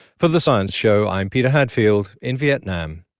for the science show, i'm peter hadfield in vietnam.